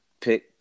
pick